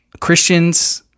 Christians